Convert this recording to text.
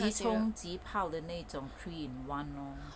the 即冲即泡的那一种 three in one lor